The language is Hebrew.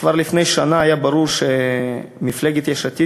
כבר לפני שנה היה ברור שמפלגת יש עתיד